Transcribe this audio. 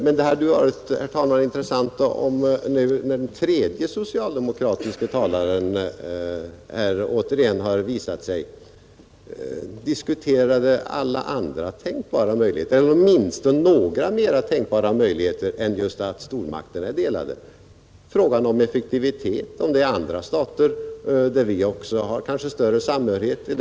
Men det hade, herr talman, varit intressant att, när nu den tredje socialdemokratiske talaren återigen framträtt, diskutera alla andra tänkbara möjligheter eller åtminstone några mera tänkbara möjligheter än just att stormakterna är delade, såsom frågan om effektivitet eller om det är andra stater, med vilka vi också kanske har större samhörighet, som är tveksamma.